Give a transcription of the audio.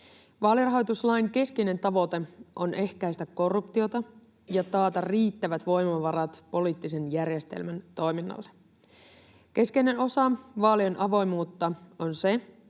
Vaalirahoituslain keskeinen tavoite on ehkäistä korruptiota ja taata riittävät voimavarat poliittisen järjestelmän toiminnalle. Keskeinen osa vaalien avoimuutta on se,